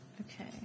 Okay